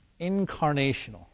incarnational